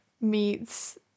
meets